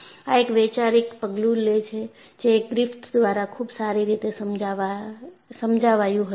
આ એક વૈચારિક પગલું લે છે જે ગ્રિફિથ દ્વારા ખુબ સારી રીતે સમજાવાયું હતું